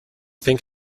think